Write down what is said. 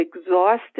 exhausted